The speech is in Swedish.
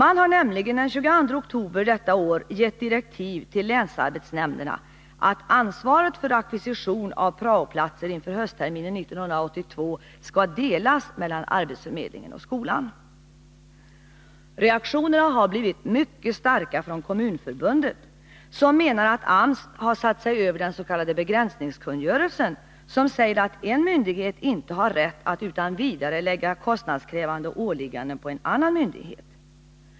AMS har den 22 oktober gett direktiv till länsarbetsnämnderna att ansvaret för ackvisition av prao-platser inför höstterminen 1982 skall delas mellan arbetsförmedlingen och skolan. Reaktionerna har blivit mycket starka från Kommunförbundet, som menar att AMS har satt sig över den s.k. begränsningskungörelsen, som säger att en myndighet inte har rätt att utan vidare lägga kostnadskrävande åligganden på en annan myndighet.